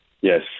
Yes